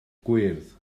gwyrdd